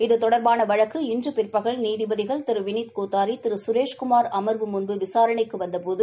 இது தொடர்பான வழக்கு இன்று பிற்பகல் நீதிபதிகள் திரு வினித் கோத்தாரி திரு சுரேஷ்குமார் அம்வு முன்பு விசாரணைக்கு வந்தபோது